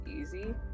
easy